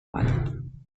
one